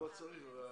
למה צריך?